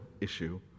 issue